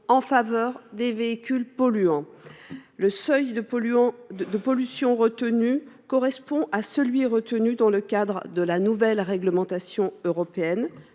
en faveur de véhicules polluants. Le seuil de pollution retenu correspond à celui qui figure dans la nouvelle réglementation européenne,